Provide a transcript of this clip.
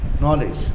Knowledge